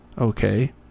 Okay